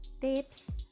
tips